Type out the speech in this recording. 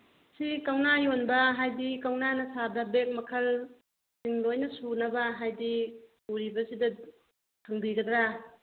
ꯁꯤ ꯀꯧꯅꯥ ꯌꯣꯟꯕ ꯍꯥꯏꯕꯗꯤ ꯀꯧꯅꯥꯅ ꯁꯥꯕ ꯕꯦꯒ ꯃꯈꯜꯁꯤꯡ ꯂꯣꯏꯅ ꯁꯨꯅꯕ ꯍꯥꯏꯕꯗꯤ ꯎꯔꯤꯕꯁꯤꯗ ꯐꯡꯕꯤꯒꯗ꯭ꯔꯥ